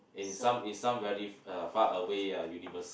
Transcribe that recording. in some in some very uh far away ah universe